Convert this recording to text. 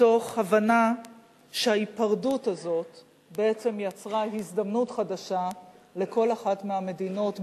מתוך הבנה שההיפרדות הזאת בעצם יצרה הזדמנות חדשה לכל אחת מהמדינות,